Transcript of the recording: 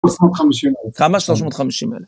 350 אלף. כמה? 350 אלף.